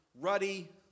ruddy